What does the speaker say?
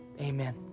Amen